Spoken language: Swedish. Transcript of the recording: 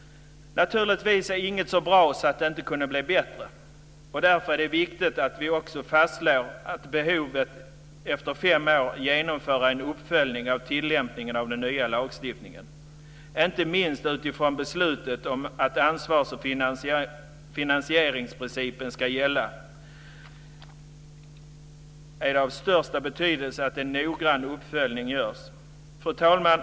Naturligtvis är inget så bra att det inte kan göras bättre. Därför är det viktigt att vi också fastslår behovet av att efter fem år göra en uppföljning av tillämpningen av den nya lagstiftningen. Inte minst utifrån beslutet om att ansvars och finansieringsprincipen ska gälla är det av största betydelse att en noggrann uppföljning görs. Fru talman!